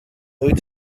wyt